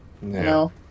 No